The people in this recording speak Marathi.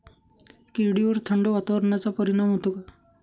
केळीवर थंड वातावरणाचा परिणाम होतो का?